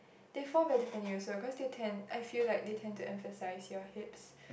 they fall for different uses of course they tend I feel like they tend to emphasize your hips